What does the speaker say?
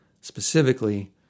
Specifically